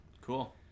Cool